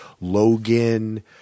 Logan